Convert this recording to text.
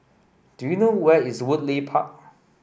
do you know where is Woodleigh Park